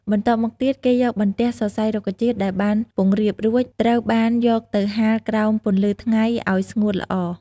បន្ទាប់មកទៀតគេយកបន្ទះសរសៃរុក្ខជាតិដែលបានពង្រាបរួច ត្រូវបានយកទៅហាលក្រោមពន្លឺថ្ងៃឱ្យស្ងួតល្អ។